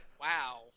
Wow